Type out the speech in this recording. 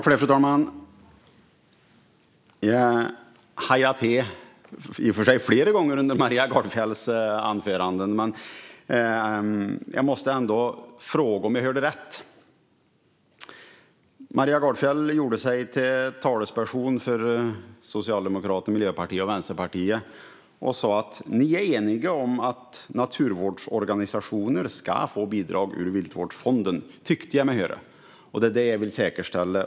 Fru talman! Jag hajade till - det gjorde jag i och för sig flera gånger - under Maria Gardfjells anförande och måste fråga om jag hörde rätt på ett ställe. Maria Gardfjell gjorde sig till talesperson för Socialdemokraterna, Miljöpartiet och Vänsterpartiet och sa att ni är eniga om att naturvårdsorganisationer ska få bidrag ur Viltvårdsfonden. Det är vad jag tyckte mig höra. Det är det jag vill säkerställa.